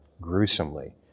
gruesomely